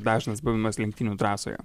dažnas buvimas lenktynių trasoje